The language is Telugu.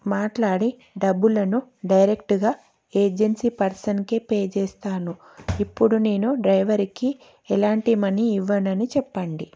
మాట్లాడి డబ్బులను డైరెక్ట్గా ఏజెన్సీ పర్సన్కి పే చేస్తాను ఇప్పుడు నేను డ్రైవర్కి ఎలాంటి మనీ ఇవ్వనని చెప్పండి